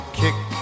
kick